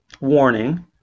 warning